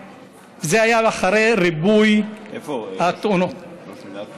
זה היה אחרי ריבוי התאונות איפה הוא ראש מינהל בטיחות?